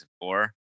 four